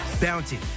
Bounty